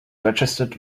registered